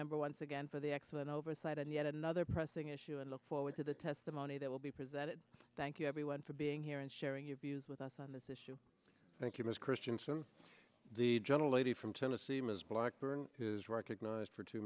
member once again for the excellent oversight and yet another pressing issue and look forward to the testimony that will be presented thank you everyone for being here and sharing your views with us on this issue thank you ms kristiansen the gentle lady from tennessee ms blackburn is recognized for two